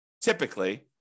typically